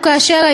הוא